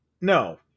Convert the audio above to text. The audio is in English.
no